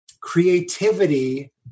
creativity